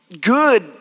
good